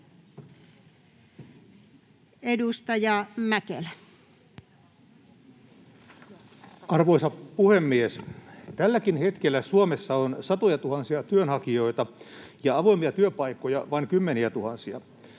Edustaja Mäkelä. Arvoisa puhemies! Tälläkin hetkellä Suomessa on satojatuhansia työnhakijoita ja avoimia työpaikkoja vain kymmeniätuhansia.